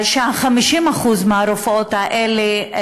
ש-50% מהרופאות האלה,